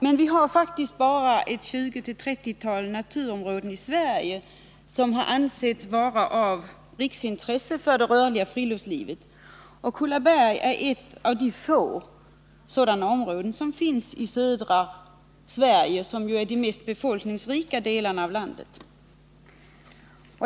Men vi har faktiskt bara ett tjugoeller trettiotal naturområden i Sverige som kan anses vara av riksintresse för det rörliga friluftslivet, och Kullaberg är ett av de få sådana områden som finns i södra Sverige, som ju är den mest befolkningsrika delen av landet.